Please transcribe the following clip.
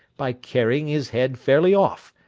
by carrying his head fairly off,